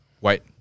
Wait